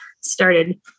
started